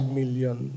million